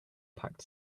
packed